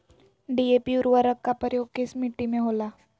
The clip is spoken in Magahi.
डी.ए.पी उर्वरक का प्रयोग किस मिट्टी में होला?